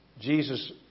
Jesus